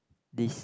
this